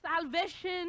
salvation